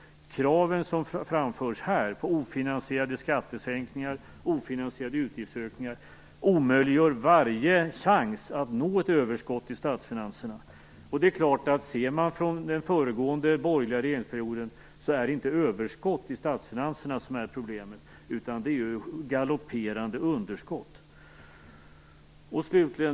Kraven som framförts här i kammaren på ofinansierade skattesänkningar och utgiftsökningar omöjliggör varje chans att nå ett överskott i statsfinanserna. Ser man på tiden från den förra borgerliga regeringsperioden står det klart att det inte är överskott i statsfinanserna som är problemet utan galopperande underskott.